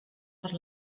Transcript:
per